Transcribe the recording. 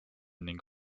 ning